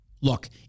Look